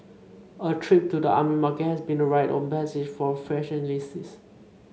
a trip to the army market has been a rite of passage for fresh enlistees